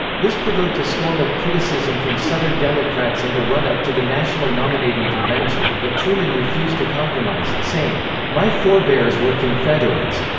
this provoked a storm of criticism from southern democrats in the runup to the national nominating convention, but truman refused to compromise, saying my forebears were confederates.